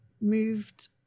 moved